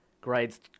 grades